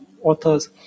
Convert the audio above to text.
authors